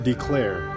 Declare